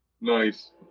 Nice